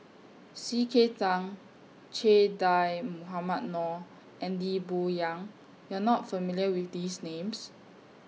C K Tang Che Dah Mohamed Noor and Lee Boon Yang YOU Are not familiar with These Names